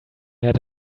had